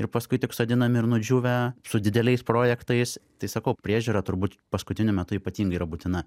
ir paskui tik sodinami ir nudžiūvę su dideliais projektais tai sakau priežiūra turbūt paskutiniu metu ypatingai yra būtina